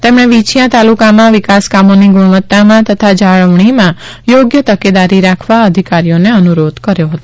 તેમણે વિંછીયા તાલુકામાં વિકાસકામોની ગુણવત્તામાં તથા જાળવણીમાં યોગ્ય તકેદારી રાખવા અધિકારીઓને અનુરોધ કર્યો હતો